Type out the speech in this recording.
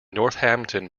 northampton